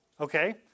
Okay